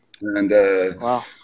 wow